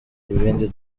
ibindi